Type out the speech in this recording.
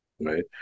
Right